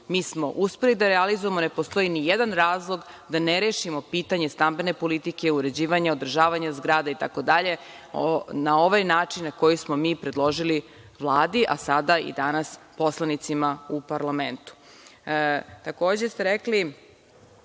mi smo uspeli da realizujemo. Ne postoji ni jedan razlog da ne rešimo pitanje stambene politike, uređivanja, održavanja zgrada itd, na ovaj način na koji smo mi predložili Vladi, a sada i danas poslanicima u parlamentu. Takođe ste pitali